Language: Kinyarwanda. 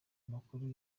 amakuru